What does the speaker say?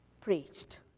preached